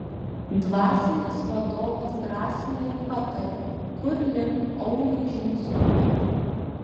dvasinis vadovas drąsina ir pataria kur link auriui žingsniuoti